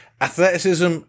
athleticism